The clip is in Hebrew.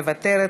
מוותרת,